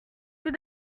tout